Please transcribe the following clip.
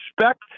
respect